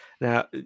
now